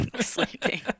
sleeping